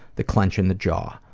the clench in the jaw,